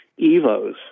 Evos